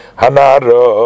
hanaro